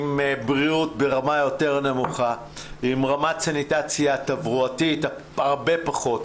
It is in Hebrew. עם בריאות ברמה יותר נמוכה ועם רמת סניטציה תברואתית הרבה פחות גבוהה,